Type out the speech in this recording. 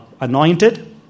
anointed